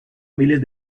miles